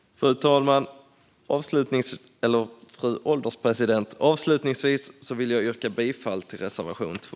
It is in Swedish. Fru ålderspresident! Avslutningsvis vill jag yrka bifall till reservation 2.